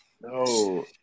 No